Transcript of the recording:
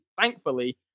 thankfully